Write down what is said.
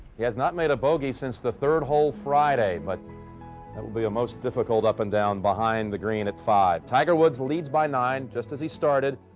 he has not made a bogey since the third hole friday. but it will be a most difficult up and down behind the green at five tiger woods leads by nine, just as he started.